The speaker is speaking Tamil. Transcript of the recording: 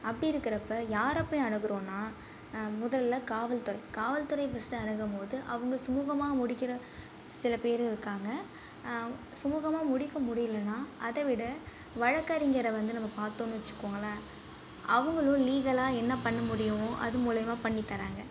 அப்படி இருக்கிறப்ப யாரை போய் அணுகுறோம்னா முதலில் காவல்துறை காவல்துறையை ஃபஸ்ட்டு அணுகும்போது அவங்க சுமுகமாக முடிக்கிற சில பேர் இருக்காங்க அவுங் சுமுகமாக முடிக்க முடியலன்னா அதைவிட வழக்கறிஞரை வந்து நம்ம பார்த்தோன்னு வெச்சுக்கோங்களேன் அவங்களும் லீகலாக என்ன பண்ண முடியும் அது மூலயமா பண்ணித் தராங்க